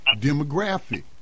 demographic